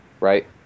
right